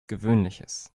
gewöhnliches